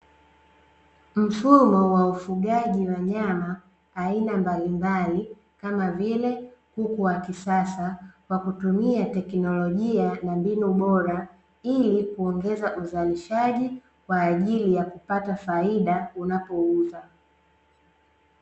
Mfumo wa ufugaji wa nyama aina mbalimbali, kama vile kuku wa kisasa, kwa kutumia tekinolojia na mbinu bora, ili kuongeza uzalishaji kwaajili ya kupata faida unapouza.